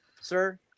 sir